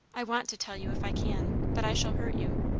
i want to tell you if i can. but i shall hurt you.